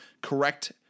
correct